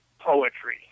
Poetry